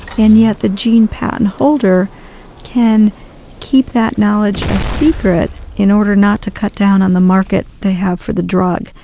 and yet the gene patent holder can keep that knowledge a secret in order not to cut down on the market they have for the drug,